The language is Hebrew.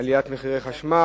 עליית מחירי החשמל,